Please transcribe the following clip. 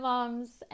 Moms